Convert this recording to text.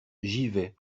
givet